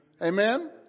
Amen